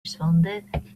responded